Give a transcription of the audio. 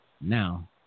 Now